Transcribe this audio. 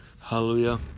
hallelujah